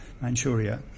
Manchuria